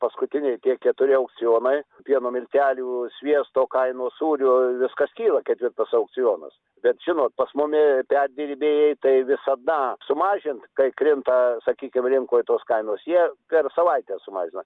paskutiniai tie keturi aukcionai pieno miltelių sviesto kainų sūrių viskas kyla ketvirtas aukcionas bet žinot pas mumi perdirbėjai tai visada sumažint kai krinta sakykim rinkoj tos kainos jie per savaitę sumažino